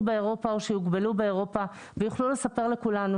באירופה או יוגבלו באירופה ויוכלו לספר לכולנו.